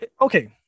okay